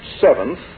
seventh